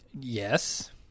Yes